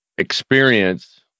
Experience